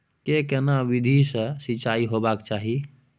के केना विधी सॅ सिंचाई होबाक चाही?